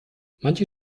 manche